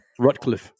Rutcliffe